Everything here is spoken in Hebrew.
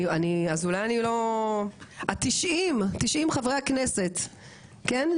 אז אולי אני לא, ה- 90, 90 חברי הכנסת כן?